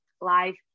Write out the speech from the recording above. life